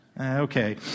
okay